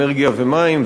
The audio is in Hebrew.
אנרגיה ומים,